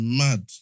mad